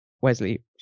Wesley